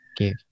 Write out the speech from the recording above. okay